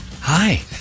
Hi